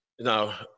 Now